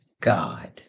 God